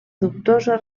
dubtosa